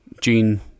Gene